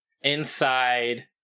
inside